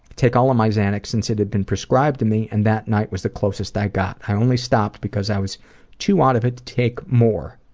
take all of my xanax since it had been prescribed me, and that night was the closest i got. i only stopped because i was too out of it to take more.